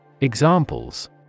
Examples